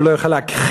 שהוא לא יוכל להכחיש,